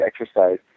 exercise